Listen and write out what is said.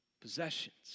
possessions